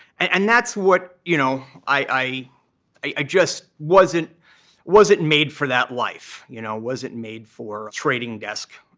and that's what you know i i just wasn't wasn't made for that life you know wasn't made for trading desk